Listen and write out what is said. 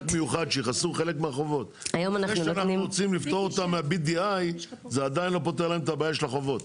היום ה-22 במרץ 2023 כ"ט באדר תשפ"ג.